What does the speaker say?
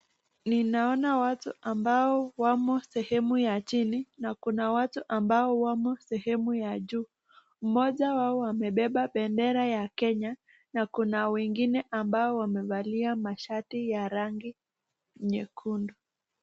Ninaona watu ambao wamo sehemu ya chini, na kuna watu ambao wamo sehemu ya juu, mmoja wao amebeba bendera ya Kenya, na kuna wengine ambao wamevalia shati ya rangi nyekundu.